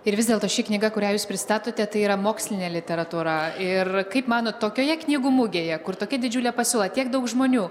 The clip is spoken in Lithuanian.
ir vis dėlto ši knyga kurią jūs pristatote tai yra mokslinė literatūra ir kaip manot tokioje knygų mugėje kur tokia didžiulė pasiūla tiek daug žmonių